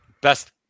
Best